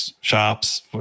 shops